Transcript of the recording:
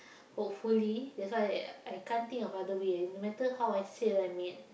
hopefully that's why I can't think of other way no matter how I sale I need